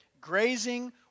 grazing